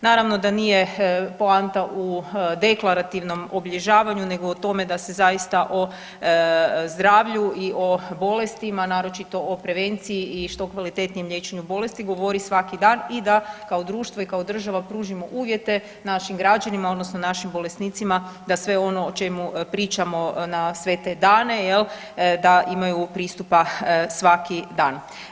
Naravno da nije poanta u deklarativnom obilježavanju nego u tome da se zaista o zdravlju i o bolestima naročito o prevenciji i što kvalitetnijem liječenju bolesti govori svaki dan i da kao društvo i kao država pružimo uvijete našim građanima odnosno našim bolesnicima da sve ono o čemu pričamo na sve te dane jel da imaju pristupa svaki dan.